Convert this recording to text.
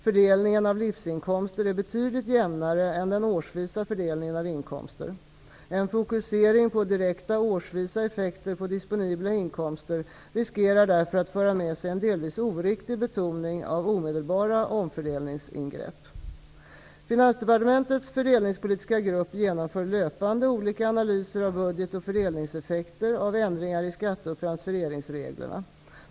Fördelningen av livsinkomster är betydligt jämnare än den årsvisa fördelningen av inkomster. En fokusering på direkta årsvisa effekter på disponibla inkomster riskerar därför att föra med sig en delvis oriktig betoning av omedelbara omfördelningsingrepp. Finansdepartementets fördelningspolitiska grupp genomför löpande olika analyser av budget och fördelningseffekter av ändringar i skatte och transfereringsreglerna.